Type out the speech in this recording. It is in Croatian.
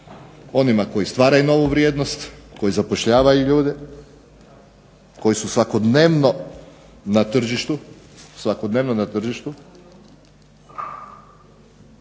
onima koji stvaraju novu vrijednost, koji zapošljavaju svoje ljude, koji su svakodnevno na tržištu. Znači ajmo pokazati